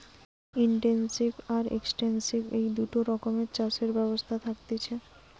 intensive আর extensive এই দুটা রকমের চাষের ব্যবস্থা থাকতিছে